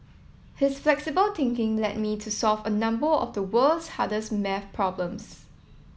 his flexible thinking led me to solve a number of the world's hardest maths problems